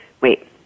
Wait